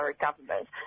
government